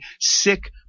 sick